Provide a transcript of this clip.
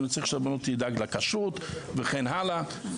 אני צריך שהרבנות תדאג לכשרות וכן הלאה,